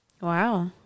Wow